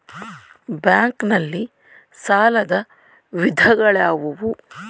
Bank ನಲ್ಲಿ ಸಾಲದ ವಿಧಗಳಾವುವು?